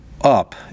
up